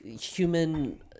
human